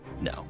No